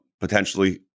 potentially